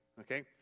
Okay